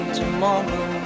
tomorrow